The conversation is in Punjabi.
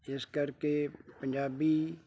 ਇਸ ਕਰਕੇ ਪੰਜਾਬੀ